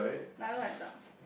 like owl like ducks